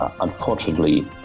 unfortunately